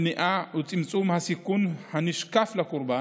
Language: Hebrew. מניעה וצמצום של הסיכון הנשקף לקורבן,